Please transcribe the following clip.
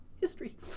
history